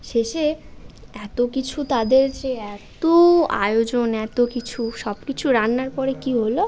শেষে এত কিছু তাদের যে এত আয়োজন এত কিছু সব কিছু রান্নার পরে কী হলো